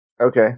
Okay